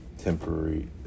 temporary